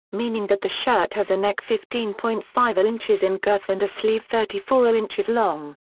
meaning that the shirt has a neck fifteen point five inches in girth and a sleeve thirty four ah inches long.